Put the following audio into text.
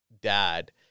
dad